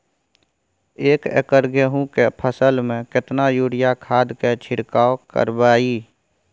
एक एकर गेहूँ के फसल में केतना यूरिया खाद के छिरकाव करबैई?